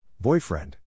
Boyfriend